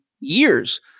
years